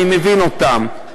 אני מבין אותם,